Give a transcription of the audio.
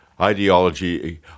Ideology